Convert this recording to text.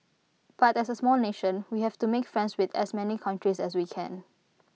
but as A small nation we have to make friends with as many countries as we can